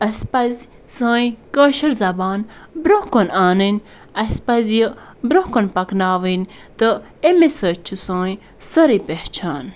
اَسہِ پَزِ سٲنۍ کٲشُر زَبان برٛونٛہہ کُن اَنٕنۍ اَسہِ پَزِ یہِ برٛونٛہہ کُن پَکناوٕنۍ تہٕ اَمی سۭتۍ چھِ سٲنۍ سٲرٕے پہچان